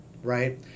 right